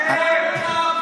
מדהים.